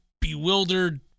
bewildered